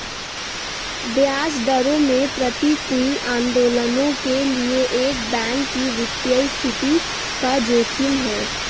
ब्याज दरों में प्रतिकूल आंदोलनों के लिए एक बैंक की वित्तीय स्थिति का जोखिम है